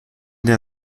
der